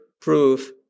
proof